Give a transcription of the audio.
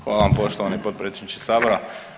Hvala vam poštovani potpredsjedniče Sabora.